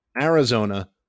Arizona